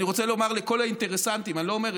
אני רוצה לומר לכל האינטרסנטים: אני לא אומר,